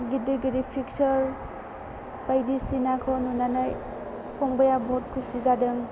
गिदिर गिदिर पिकसार बायदिसिनाखौ नुनानै फंबाया बुहुद खुसि जादों